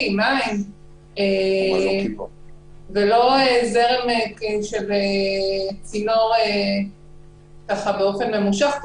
מים ולא באמצעות זרם של צינור באופן ממושך.